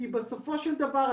בוקר טוב לכולם,